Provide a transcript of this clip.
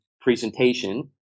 presentation